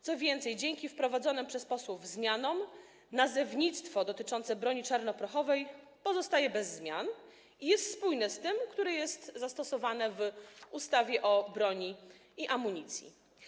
Co więcej, dzięki przewidzianym przez posłów rozwiązaniom nazewnictwo dotyczące broni czarnoprochowej pozostaje bez zmian i jest spójne z tym, które jest zastosowane w ustawie o broni i amunicji.